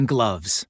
Gloves